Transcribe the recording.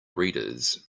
readers